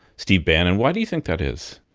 steve bannon why do you think that is?